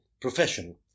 profession